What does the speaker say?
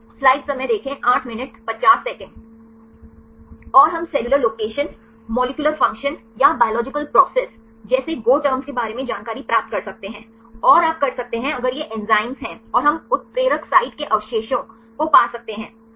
और हम cellular location molecular function या बायोलॉजिकल प्रोसेस जैसे गो टर्म्स के बारे में जानकारी प्राप्त कर सकते हैं और आप कर सकते हैं अगर यह एंजाइम है और हम उत्प्रेरक साइट के अवशेषों को पा सकते हैं सही